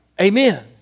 amen